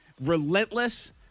relentless